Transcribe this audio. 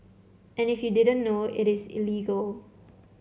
and if you didn't know it is illegal